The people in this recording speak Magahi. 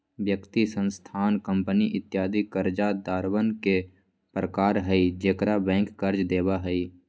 व्यक्ति, संस्थान, कंपनी इत्यादि कर्जदारवन के प्रकार हई जेकरा बैंक कर्ज देवा हई